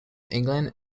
england